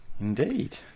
Indeed